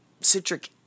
citric